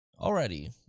already